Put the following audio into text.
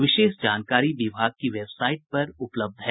विशेष जानकारी विभाग की वेबसाइट पर उपलब्ध है